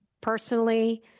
personally